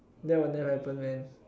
that will never happen man